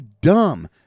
dumb